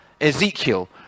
Ezekiel